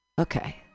Okay